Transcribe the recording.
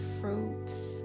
fruits